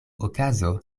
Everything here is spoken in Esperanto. okazo